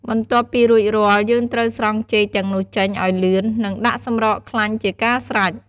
បន្ទាប់ពីរួចរាល់់ យើងត្រូវស្រង់ចេកទាំងនោះចេញឲ្យលឿន និង ដាក់សម្រក់ខ្លាញ់ជាការស្រេច។